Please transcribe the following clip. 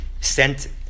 sent